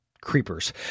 Creepers